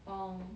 orh